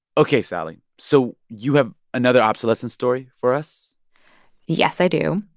ok, sally, so you have another obsolescence story for us yes, i do.